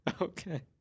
Okay